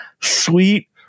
sweet